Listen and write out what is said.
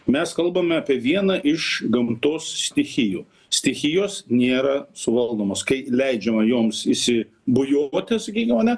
mes kalbame apie vieną iš gamtos stichijų stichijos nėra suvaldomas kai leidžiama joms įsi bujoti sakykim ane